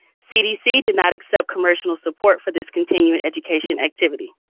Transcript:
cdc did not accept commercial support for this continuing education activity.